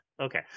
okay